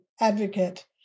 advocate